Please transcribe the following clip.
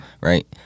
right